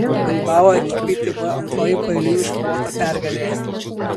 bilbao ekipai tai buvo antroji paeiliui iškovota pergalė